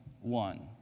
one